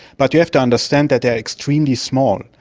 but you have to understand that they are extremely small.